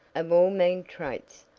of all mean traits,